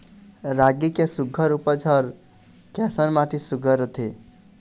रागी के सुघ्घर उपज बर कैसन माटी सुघ्घर रथे?